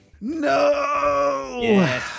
no